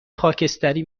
خاکستری